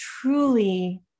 truly